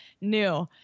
new